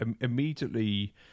immediately